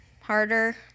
harder